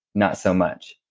not so much.